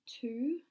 two